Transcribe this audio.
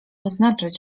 oznaczać